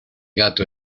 gato